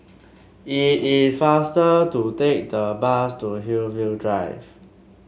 it is faster to take the bus to Hillview Drive